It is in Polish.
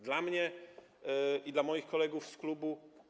Dla mnie i dla moich kolegów z klubu.